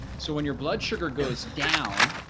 so when your blood sugar goes down,